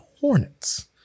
Hornets